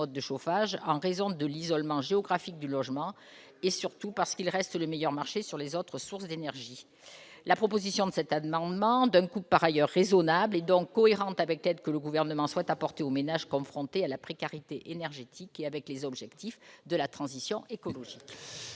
de chauffage en raison de l'isolement géographique du logement et surtout parce qu'il reste le meilleur marché sur les autres sources d'énergie, la proposition de cette admin on demande un coup par ailleurs raisonnable et donc cohérente avec telle que le gouvernement souhaite apporter aux ménages confrontés à la précarité énergétique et avec les objectifs de la transition écologique.